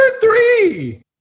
three